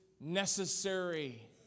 necessary